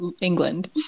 England